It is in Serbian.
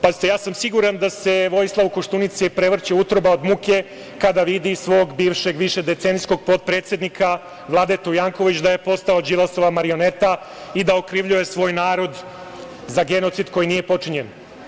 Pazite, ja sam siguran da se Vojislavu Koštunici prevrće utroba od muke kada vidi svog bivšeg višedecenijskog potpredsednika Vladetu Janković da je postao Đilasova marioneta i da okrivljuje svoj narod za genocid koji nije počinjen.